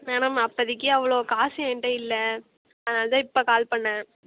வேணாம்மா அப்போதிக்கி அவ்வளோ காசு என்கிட்ட இல்லை அதனால் தான் இப்போ கால் பண்ணிணேன்